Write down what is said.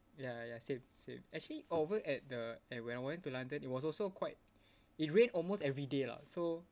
ya ya same same actually over at the eh when I went to london it was also quite it rained almost everyday lah so uh